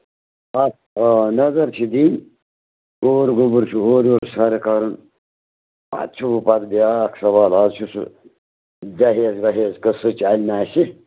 اَ آ نَظر چھِ دِنۍ اور گوٚبُر چھُ اورٕیورٕ چھُ سرٕ کَرُن پتہٕ چھُو پَتہٕ بیٛاکھ سَوال اَز چھُ سُہ دَہیج وَہیج قٕصہٕ چلہِ نہٕ اَسہِ